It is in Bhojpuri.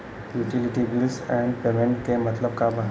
यूटिलिटी बिल्स एण्ड पेमेंटस क मतलब का बा?